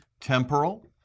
temporal